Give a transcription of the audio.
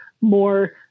more